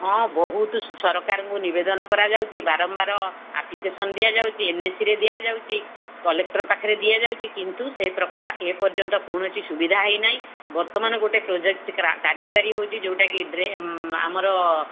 ହଁ ବହୁତ ସରକାରଙ୍କୁ ନିବେଦନ କରାଯାଉଛି ବାରମ୍ବାର ଆପ୍ଲିକେସନ୍ ଦିଆଯାଉଛି ଏନ୍ ଏ ସି ରେ ଦିଆଯାଉଛି କଲେକ୍ଟର ପାଖରେ ଦିଆଯାଉଛି କିନ୍ତୁ ସେ ପ୍ରକାର ଏ ପର୍ଯ୍ୟନ୍ତ କୌଣସି ସୁବିଧା ହୋଇନାହିଁ ବର୍ତ୍ତମାନ ଗୋଟେ ପ୍ରୋଜେକ୍ଟ କାର୍ଯ୍ୟକାରୀ ହେଉଛି ଯେଉଁଟା କି ଆମର